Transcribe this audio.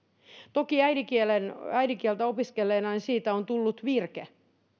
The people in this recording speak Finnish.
toki äidinkieltä opiskelleelle siitä on tullut virke